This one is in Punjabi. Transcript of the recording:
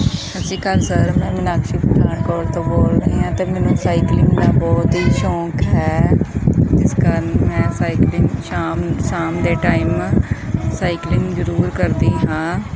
ਸਤਿ ਸ਼੍ਰੀ ਅਕਾਲ ਸਰ ਮੈਂ ਮੀਨਾਕਸ਼ੀ ਪਠਾਨਕੋਟ ਤੋਂ ਬੋਲਦੀ ਹਾਂ ਅਤੇ ਮੈਨੂੰ ਸਾਈਕਲਿੰਗ ਦਾ ਬਹੁਤ ਹੀ ਸ਼ੌਂਕ ਹੈ ਜਿਸ ਕਾਰਣ ਮੈਂ ਸਾਈਕਲਿੰਗ ਸ਼ਾਮ ਸ਼ਾਮ ਦੇ ਟਾਈਮ ਸਾਈਕਲਿੰਗ ਜ਼ਰੂਰ ਕਰਦੀ ਹਾਂ